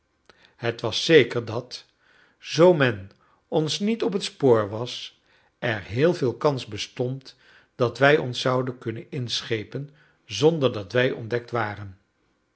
het was zeker dat zoo men ons niet op het spoor was er heel veel kans bestond dat wij ons zouden kunnen inschepen zonder dat wij ontdekt waren